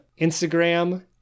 Instagram